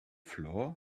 floor